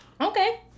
Okay